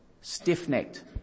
Stiff-necked